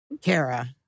Kara